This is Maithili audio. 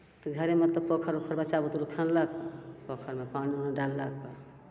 तऽ घरे मतलब पोखरि उखरि बच्चा बुतरु खुनलक पोखरिमे पानी उनी डाललक